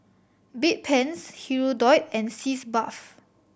Bedpans Hirudoid and Sitz Bath